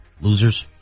Losers